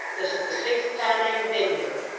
this is the sixth time i have been here.